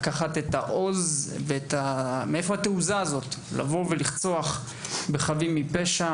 מאיפה העוז והתעוזה הזו של נער בן 13 לרצוח חפים מפשע,